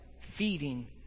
feeding